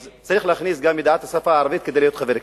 אז צריך להכניס גם ידיעת השפה הערבית כדי להיות חבר כנסת.